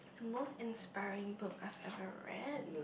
most inspiring book I've ever read